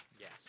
Yes